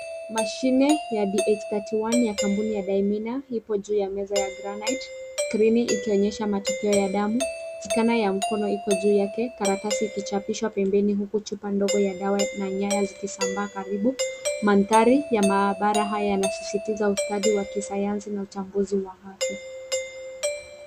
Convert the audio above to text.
Mashine ya DH31 ya kampuni ya Daimena ipo juu ya meza ya granite . Skrini ikionyesha matokea ya damu. Scanner ya mkono iko juu yake. Karatasi ikichapishwa pembeni huku chupa ndogo ya dawa na nyaya zikisambaa karibu. Mandhari ya maabara haya yanasisitiza ustadi wa kisayansi na uchambuzi wa afya.